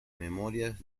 memorias